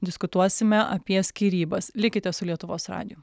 diskutuosime apie skyrybas likite su lietuvos radiju